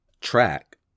Track